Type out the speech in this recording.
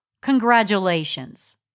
Congratulations